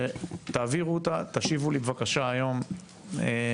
תעבירו אותה, תשיבו לי בבקשה היום כן/לא.